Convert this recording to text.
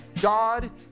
God